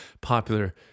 popular